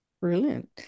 Brilliant